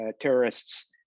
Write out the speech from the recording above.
terrorists